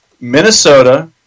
Minnesota